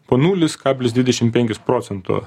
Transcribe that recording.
po nulis kablis dvidešimt penkis procentų